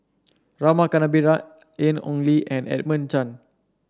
Rama Kannabiran Ian Ong Li and Edmund Chen